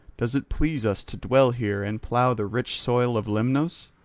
does it please us to dwell here and plough the rich soil of lemnos?